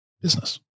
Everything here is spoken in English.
business